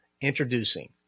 Introducing